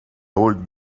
old